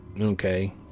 Okay